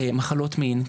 מחלות מין,